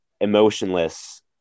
emotionless